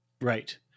Right